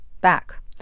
back